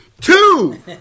Two